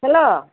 hello